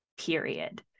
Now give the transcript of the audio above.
period